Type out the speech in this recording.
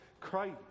Christ